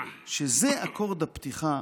שזה אקורד הפתיחה